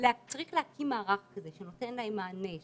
צריך להקים מערך כזה שנותן להם מענה,